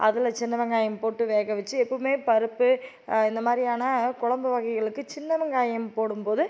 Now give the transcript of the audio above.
அதில் சின்ன வெங்காயம் போட்டு வேக வெச்சு எப்போதுமே பருப்பு இந்த மாதிரியான குழம்பு வகைகளுக்கு சின்ன வெங்காயம் போடும் போது